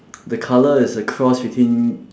the colour is a cross between